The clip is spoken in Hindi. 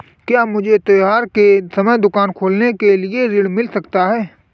क्या मुझे त्योहार के समय दुकान खोलने के लिए ऋण मिल सकता है?